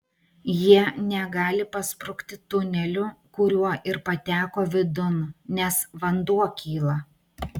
jie negali pasprukti tuneliu kuriuo ir pateko vidun nes vanduo kyla